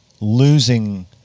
losing